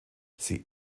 sie